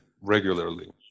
regularly